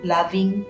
Loving